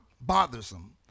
bothersome